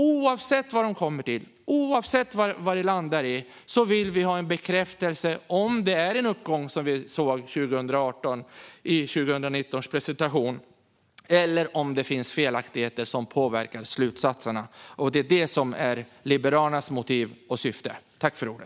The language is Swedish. Oavsett vad de kommer fram till och oavsett vad detta landar i vill vi ha en bekräftelse på om det är en uppgång, som vi såg i presentationen 2019, eller om det finns felaktigheter som påverkar slutsatserna. Det är det som är Liberalernas motiv och syfte.